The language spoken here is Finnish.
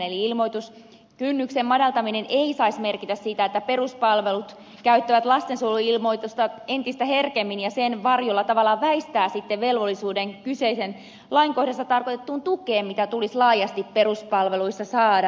eli ilmoituskynnyksen madaltaminen ei saisi merkitä sitä että peruspalvelut käyttävät lastensuojeluilmoitusta entistä herkemmin ja sen varjolla tavallaan väistävät sitten velvollisuuden kyseisen lain kohdassa tarkoitettuun tukeen mitä tulisi laajasti peruspalveluissa saada